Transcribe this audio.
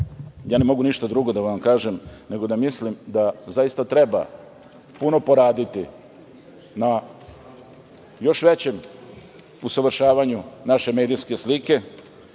ja ne mogu ništa drugo da vam kažem nego da mislim da zaista treba puno poraditi na još većem usavršavanju naše medijske slike